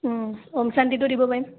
ওম শান্তিটো দিব পাৰিম